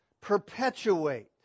perpetuate